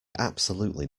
absolutely